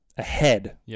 ahead